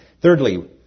Thirdly